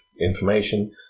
information